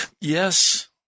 Yes